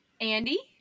andy